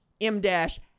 M-DASH